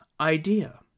idea